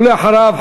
ואחריו,